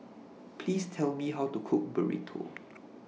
Please Tell Me How to Cook Burrito